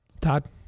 Todd